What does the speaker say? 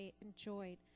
enjoyed